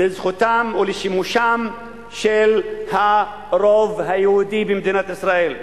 לזכותם ולשימושם של הרוב היהודי במדינת ישראל,